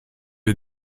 est